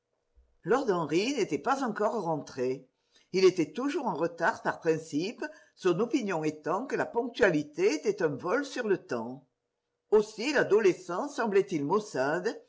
lord henry n'était pas encore rentré il était toujours en retard par principe son opinion étant que la ponctualité était un vol sur le temps aussi l'adolescent semblait-il maussade